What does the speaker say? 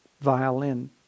violin